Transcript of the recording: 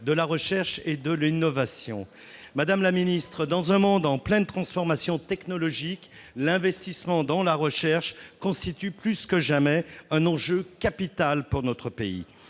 de la recherche et de l'innovation. Madame la ministre, dans un monde en pleine transformation technologique, l'investissement dans la recherche constitue plus que jamais un enjeu capital pour notre pays.